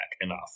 enough